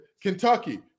Kentucky